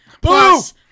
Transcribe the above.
plus